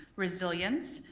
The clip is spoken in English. resilience,